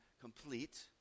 complete